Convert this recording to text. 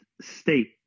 state